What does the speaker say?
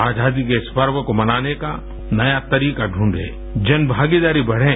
आजादी के इस पर्व को मनाने का नया तरीका ढूंढे जन भागीदारी बढ़े